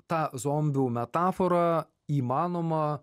tą zombių metaforą įmanoma